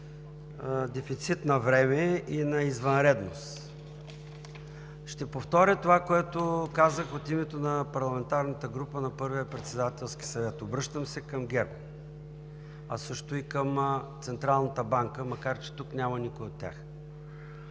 дефицит на време и на извънредност. Ще повторя това, което казах от името на парламентарната група на първия председателски съвет. Обръщам се към ГЕРБ, а също и към Централната банка, макар че тук няма никой от тях.